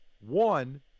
one